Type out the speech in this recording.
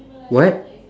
what